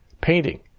painting